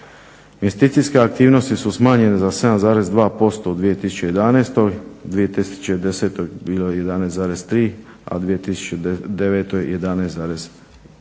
Investicijske aktivnosti su smanjene za 7,2% u 2011., 2010. bilo je 11,3%, a u 2009. isto